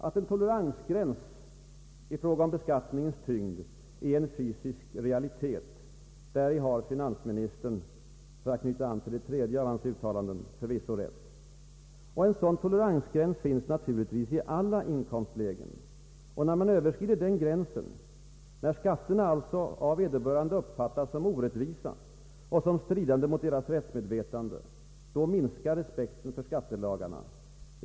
Att en toleransgräns i fråga om beskattningens tyngd är en ”fysisk realitet”, däri har finansministern — för att knyta an till hans tredje uttalande — förvisso rätt. En sådan toleransgräns finns naturligtvis i alla inkomstlägen, och när man överskrider den gränsen — när skatterna alltså av vederbörande uppfattas som orättvisa och som stridande mot rättsmedvetandet — då minskar respekten för skattelagarna.